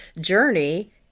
journey